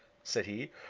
said he.